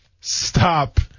stop